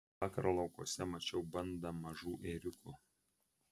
vakar laukuose mačiau bandą mažų ėriukų